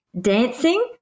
dancing